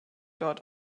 dort